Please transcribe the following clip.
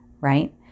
right